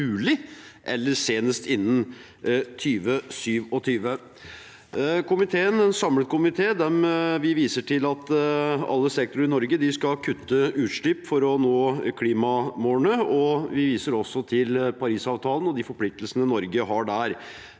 eller senest innen 2027. En samlet komité viser til at alle sektorer i Norge skal kutte utslipp for å nå klimamålene, og vi viser også til Parisavtalen og de forpliktelsene Norge har der.